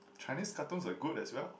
Chinese cartoons are good as well